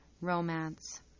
romance